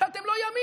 כי אתם לא ימין,